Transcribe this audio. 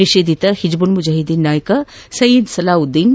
ನಿಷೇಧಿತ ಹಿಜ್ಬುಲ್ ಮುಜಾಹಿದ್ದೀನ್ ನಾಯಕ ಸಯೀದ್ ಸಲಾವುದ್ದೀನ್